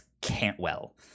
Cantwell